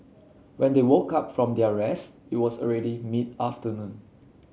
when they woke up from their rest it was already mid afternoon